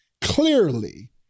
clearly